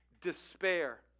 despair